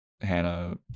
Hannah